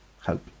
help